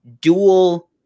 dual